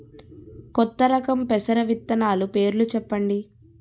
కొత్త రకం పెసర విత్తనాలు పేర్లు చెప్పండి?